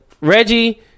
Reggie